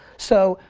so,